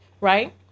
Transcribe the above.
right